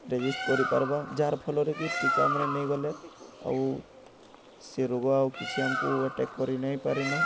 resist କରିପାର୍ବା ଯାହାର୍ ଫଳରେ କି ଟୀକାମାନେ ନେଇଗଲେ ଆଉ ସେ ରୋଗ ଆଉ କିଛି ଆମ୍କୁ ଆଟାକ୍ କରିନାଇଁ ପାରନ୍